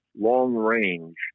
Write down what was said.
long-range